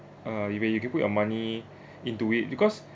uh you where you can put your money into it because